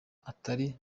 atari